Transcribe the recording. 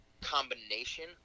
combination